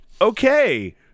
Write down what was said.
Okay